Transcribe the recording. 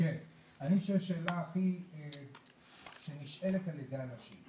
אני שואל שאלה שנשאלת על ידי אנשים.